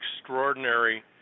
extraordinary